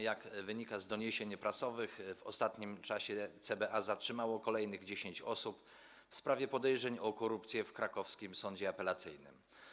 Jak wynika z doniesień prasowych, w ostatnim czasie CBA zatrzymało kolejnych 10 osób z powodu podejrzeń o korupcję w krakowskim sądzie apelacyjnym.